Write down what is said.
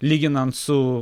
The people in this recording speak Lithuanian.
lyginant su